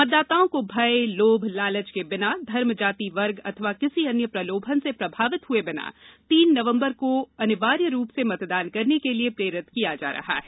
मतदाताओं को भय लोभ लालच के बिना धर्म जाति वर्ग अथवा किसी अन्य प्रलोभन से प्रभावित हुए बिना तीन नवंबर को अनिवार्य रूप से मतदान करने के लिए प्रेरित किया जा रहा है